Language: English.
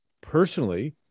personally